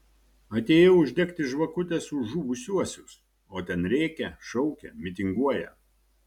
atėjau uždegti žvakutės už žuvusiuosius o ten rėkia šaukia mitinguoja